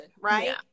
right